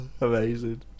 Amazing